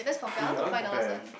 eh I want compare